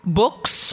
books